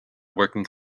working